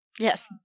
Yes